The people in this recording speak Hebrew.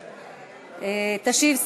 מס' 501, 534, 582, 587 ו-606.